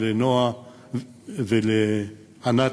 וענת,